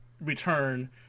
return